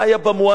מה היה במואסי?